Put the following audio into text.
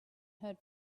hurt